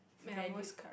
valued